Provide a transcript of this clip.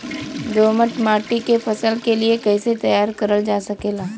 दोमट माटी के फसल के लिए कैसे तैयार करल जा सकेला?